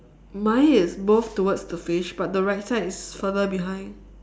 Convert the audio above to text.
mine is both towards the fish but the right side is further behind